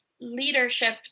leadership